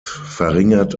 verringert